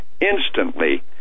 instantly